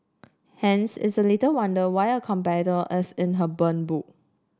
hence it's little wonder why a is in her burn book